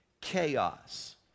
chaos